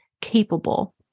capable